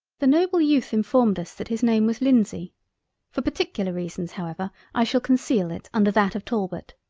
the noble youth informed us that his name was lindsay for particular reasons however i shall conceal it under that of talbot.